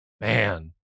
man